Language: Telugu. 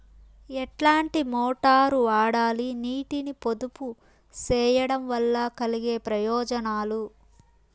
ఎట్లాంటి మోటారు వాడాలి, నీటిని పొదుపు సేయడం వల్ల కలిగే ప్రయోజనాలు?